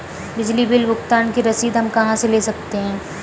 बिजली बिल भुगतान की रसीद हम कहां से ले सकते हैं?